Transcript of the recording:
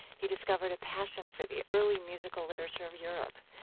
he discovered a passion for the early musical literature of europe.